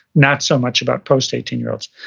not so much about post eighteen year olds.